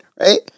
right